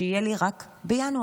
שיהיה לי רק בינואר,